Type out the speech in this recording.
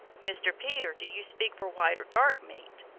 mr. peter, do you speak for white or dark meat?